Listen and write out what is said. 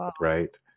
right